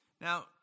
Now